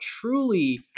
truly